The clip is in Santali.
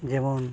ᱡᱮᱢᱚᱱ